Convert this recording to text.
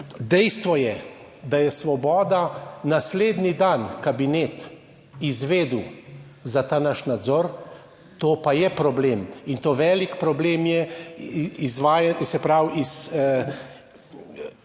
Dejstvo je, da je Svoboda naslednji dan kabinet izvedel za ta naš nadzor, to pa je problem, in to velik problem je izvajanje, se pravi iz,